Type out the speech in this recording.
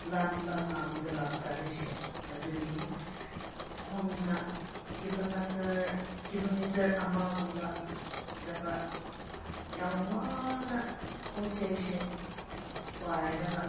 ꯂꯥꯟꯕ ꯉꯝꯗꯕ ꯒꯥꯔꯤꯁꯦ ꯑꯗꯨꯒꯤ ꯈꯣꯡꯅ ꯀꯤꯂꯣꯃꯤꯇꯔ ꯀꯤꯂꯣꯃꯤꯇꯔ ꯑꯃꯒꯨꯝꯕ ꯆꯠꯄ ꯌꯥꯝ ꯋꯥꯅ ꯄꯣꯠ ꯆꯩꯁꯦ ꯄꯥꯏꯔꯒ